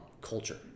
culture